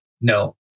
no